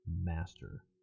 master